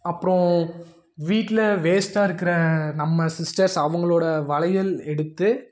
அப்புறம் வீட்டில் வேஸ்டாக இருக்கிற நம்ம சிஸ்டர்ஸ் அவங்களோட வளையல் எடுத்து